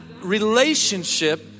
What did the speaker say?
relationship